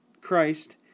Christ